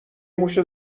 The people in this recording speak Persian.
موش